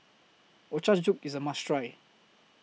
Ochazuke IS A must Try